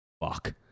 Fuck